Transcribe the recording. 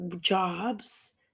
jobs